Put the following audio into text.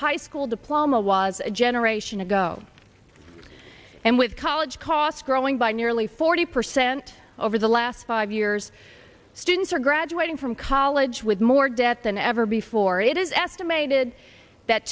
high school diploma was a generation ago and with college costs growing by nearly forty percent over the last five years students are graduating from college with more debt than ever before it is estimated that